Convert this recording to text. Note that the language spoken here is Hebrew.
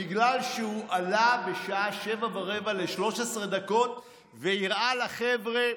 בגלל שהוא עלה בשעה 07:15 ל-13 דקות והראה לחבר'ה